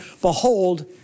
behold